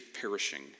perishing